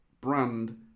brand